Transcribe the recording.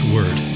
Word